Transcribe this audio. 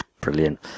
Brilliant